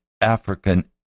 African